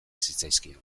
zitzaizkion